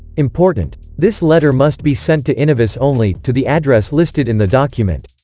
important! this letter must be sent to innovis only, to the address listed in the document.